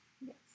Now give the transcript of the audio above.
Yes